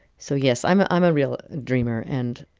so yes, i'm i'm a real dreamer. and.